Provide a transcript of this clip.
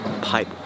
pipe